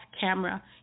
camera